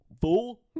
Fool